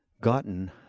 gotten